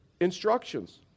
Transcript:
instructions